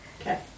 Okay